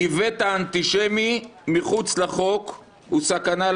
"איווט האנטישמי מחוץ לחוק הוא סכנה",